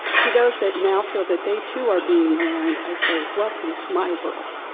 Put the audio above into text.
to those that now feel that they too are being maligned, i say welcome to my world.